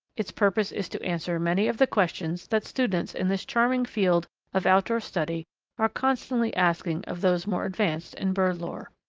its purpose is to answer many of the questions that students in this charming field of outdoor study are constantly asking of those more advanced in bird-lore.